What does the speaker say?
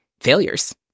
failures